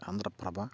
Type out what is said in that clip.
Andhraprabha